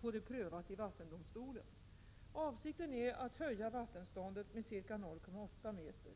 få det prövat i vattendomstolen. Avsikten är att höja vattenståndet med ca 0,8 m.